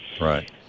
Right